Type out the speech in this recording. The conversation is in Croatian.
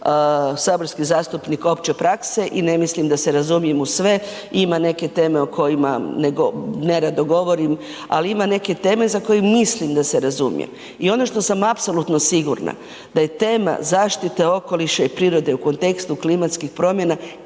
saborski zastupnik opće prakse i ne mislim da se razumijem u sve, ima neke teme o kojima nerado govorim, ali ima neke teme za koje mislim da se razumijem. I ono što sam apsolutno sigurna da je tema zaštite okoliša i prirode u kontekstu klimatskih promjena